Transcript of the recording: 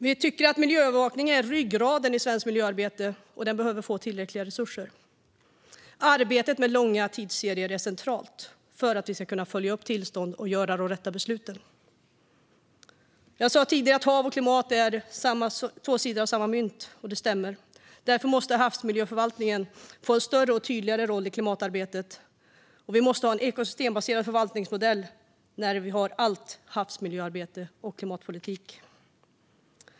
Vi tycker att miljöövervakningen är ryggraden i svenskt miljöarbete, och den behöver få tillräckliga resurser. Arbetet med långa tidsserier är centralt för att man ska kunna följa upp tillstånd och fatta de rätta besluten. Jag sa tidigare att hav och klimat är två sidor av samma mynt, och det stämmer. Därför måste havsmiljöförvaltningen få en större och tydligare roll i klimatarbetet. Vi måste ha en ekosystembaserad förvaltningsmodell för allt havsmiljöarbete och all klimatpolitik.